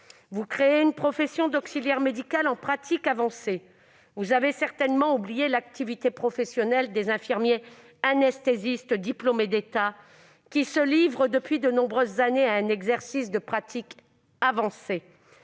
Vous créez une profession d'auxiliaire médical en pratique avancée. Vous avez certainement oublié l'activité professionnelle des infirmiers anesthésistes diplômés d'État, qui se livrent depuis de nombreuses années à un exercice de pratique avancée